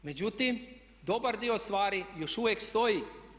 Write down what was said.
Međutim, dobar dio stvari još uvijek stoji.